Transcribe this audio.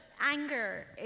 anger